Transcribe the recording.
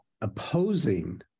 opposing